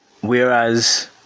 Whereas